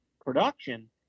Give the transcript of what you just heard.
production